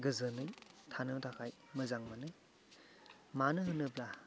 गोजोनै थानो थाखाय मोजां मोनो मानो होनोब्ला